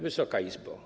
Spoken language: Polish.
Wysoka Izbo!